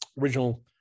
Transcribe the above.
original